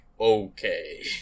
okay